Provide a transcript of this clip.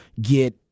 get